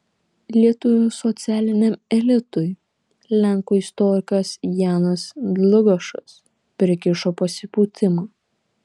lietuvių socialiniam elitui lenkų istorikas janas dlugošas prikišo pasipūtimą